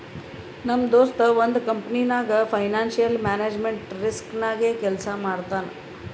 ನಮ್ ದೋಸ್ತ ಒಂದ್ ಕಂಪನಿನಾಗ್ ಫೈನಾನ್ಸಿಯಲ್ ಮ್ಯಾನೇಜ್ಮೆಂಟ್ ರಿಸ್ಕ್ ನಾಗೆ ಕೆಲ್ಸಾ ಮಾಡ್ತಾನ್